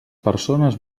persones